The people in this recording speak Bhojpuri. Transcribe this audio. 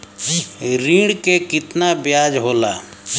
ऋण के कितना ब्याज होला?